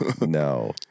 No